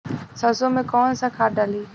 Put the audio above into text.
सरसो में कवन सा खाद डाली?